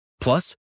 Plus